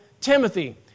Timothy